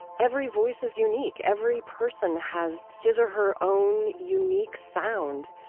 every voice is unique. every person has his or her own unique sound.